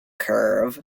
curve